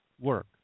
work